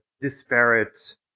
disparate